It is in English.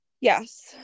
Yes